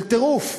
של טירוף.